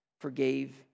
forgave